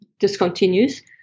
discontinues